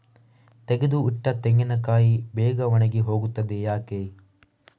ತೆಗೆದು ಇಟ್ಟ ತೆಂಗಿನಕಾಯಿ ಬೇಗ ಒಣಗಿ ಹೋಗುತ್ತದೆ ಯಾಕೆ?